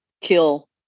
kill